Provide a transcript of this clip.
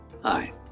Hi